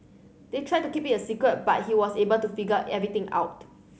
they tried to keep it a secret but he was able to figure everything out